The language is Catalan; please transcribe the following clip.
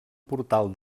portal